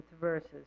verses